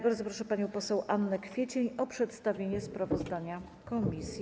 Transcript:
Bardzo proszę panią poseł Annę Kwiecień o przedstawienie sprawozdania komisji.